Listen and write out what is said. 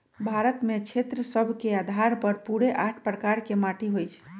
भारत में क्षेत्र सभ के अधार पर पूरे आठ प्रकार के माटि होइ छइ